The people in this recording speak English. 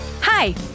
Hi